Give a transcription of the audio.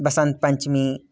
Basant Panchami